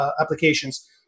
applications